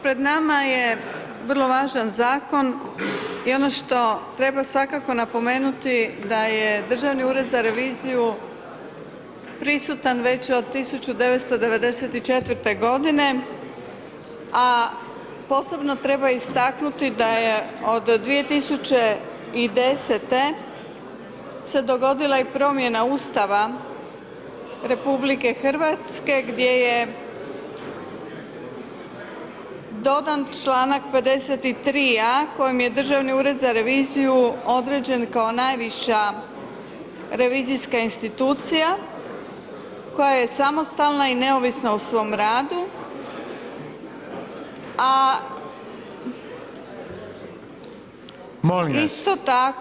Pred nama je Vrlo važan zakon i ono što treba svakako napomenuti da je Državni ured za reviziju prisutan već od 1994. g. a posebno treba istaknuti da je od 2010. se dogodila i promjena Ustava RH gdje je dodan članak 53. a kojim je Državni ured za reviziju određen kao najviša revizijska institucija koja je samostalna i neovisna o svom radu a isto tako